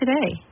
today